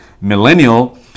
millennial